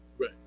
Right